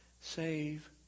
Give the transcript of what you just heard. Save